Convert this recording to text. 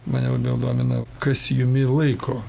mane labiau domina kas jumi laiko